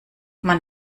man